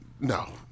no